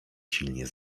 silnie